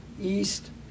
east